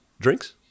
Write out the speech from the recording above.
drinks